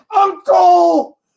uncle